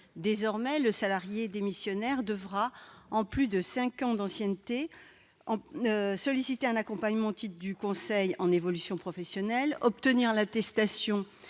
Désormais, le salarié démissionnaire devra, en plus des cinq ans d'ancienneté, solliciter un accompagnement au titre du conseil en évolution professionnelle, obtenir l'attestation